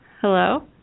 Hello